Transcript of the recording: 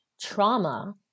trauma